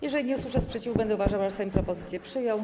Jeżeli nie usłyszę sprzeciwu, będę uważała, że Sejm propozycję przyjął.